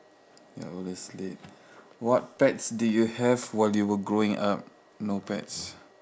you're always late what pets do you have while you were growing up no pets